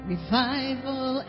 Revival